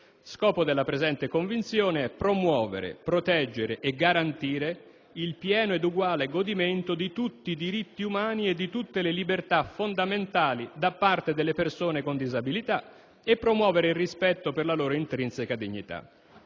«Scopo della presente Convenzione è promuovere, proteggere e garantire il pieno ed uguale godimento di tutti i diritti umani e di tutte le libertà fondamentali da parte delle persone con disabilità, e promuovere il rispetto per la loro intrinseca dignità».